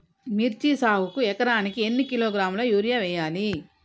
మిర్చి సాగుకు ఎకరానికి ఎన్ని కిలోగ్రాముల యూరియా వేయాలి?